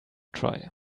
try